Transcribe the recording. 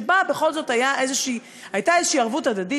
שבה בכל זאת הייתה איזושהי ערבות הדדית,